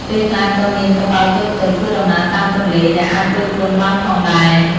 ពេលខ្លះក៏មានកប៉ាល់តូចៗធ្វើដំណើរតាមទន្លេដែលអាចគយគន់បានផងដែរ។